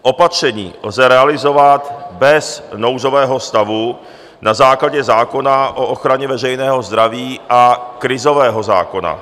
Opatření lze realizovat bez nouzového stavu na základě zákona o ochraně veřejného zdraví a krizového zákona.